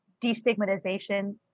destigmatization